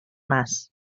nas